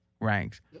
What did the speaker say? ranks